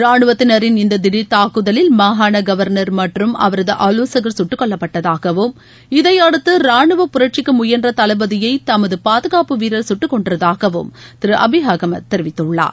ரானுவத்தினரின் இந்த திடர் தாக்குதலில் மாகாண கவர்னர் மற்றும் அவரது ஆலோசகர் சுட்டுக்கொல்லப்பட்டதாகவும் இதையடுத்து ரானுவ புரட்சிக்கு முயன்ற தளபதியை தமது பாதுகாப்பு வீரர் சுட்டுக்கொன்றதாகவும் திரு அபி அகமத் தெரிவித்துள்ளார்